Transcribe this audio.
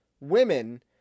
women